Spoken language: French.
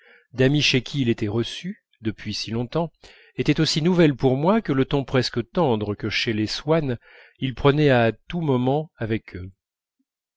d'amis chez qui il était reçu depuis si longtemps était aussi nouvelle pour moi que le ton presque tendre que chez les swann il prenait à tous moments avec eux